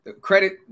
credit